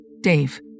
Dave